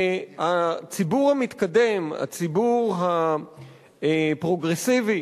והציבור המתקדם, הציבור הפרוגרסיבי